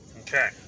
Okay